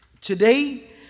Today